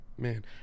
Man